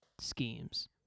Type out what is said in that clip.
schemes